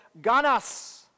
Ganas